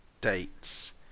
dates